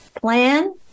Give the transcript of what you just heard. Plan